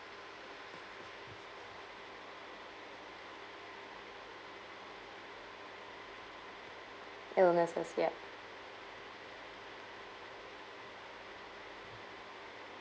illnesses yup